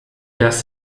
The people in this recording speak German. dass